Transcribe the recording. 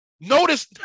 Notice